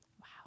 Wow